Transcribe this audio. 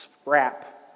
scrap